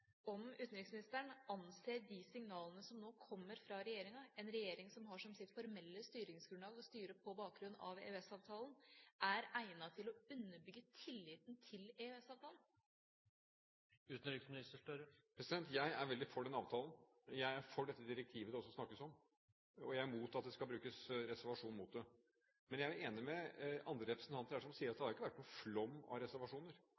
utenriksministeren anser at de signalene som nå kommer fra regjeringa – en regjering som har som sitt formelle styringsgrunnlag å styre på bakgrunn av EØS-avtalen – er egnet til å underbygge tilliten til EØS-avtalen. Jeg er veldig for den avtalen. Jeg er for dette direktivet det også snakkes om, og jeg er imot bruk av reservasjonsretten mot det. Men jeg er jo enig med andre representanter her som sier at det har ikke vært noen flom av reservasjoner.